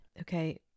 Okay